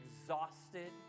exhausted